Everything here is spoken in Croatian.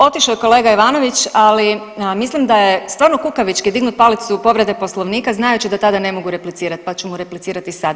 Otišao je kolega Ivanović, ali mislim da je stvarno kukavički dignuti palicu povrede Poslovnika znajući da tada ne mogu replicirati pa ću mu replicirati sada.